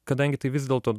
kadangi tai vis dėlto